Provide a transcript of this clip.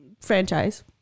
franchise